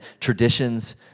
traditions